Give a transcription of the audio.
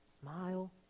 smile